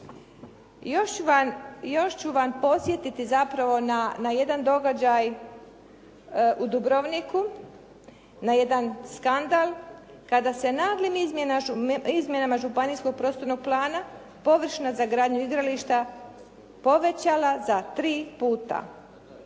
još ću vas podsjetiti na jedan događaj u Dubrovniku, na jedan skandal kada se naglim izmjenama županijskog prostornog plana površina za gradnju igrališta povećala za 3 puta.